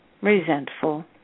resentful